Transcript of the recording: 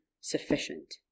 sufficient